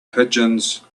pigeons